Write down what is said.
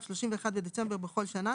עד 31 בדצמבר בכל שנה,